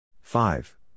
Five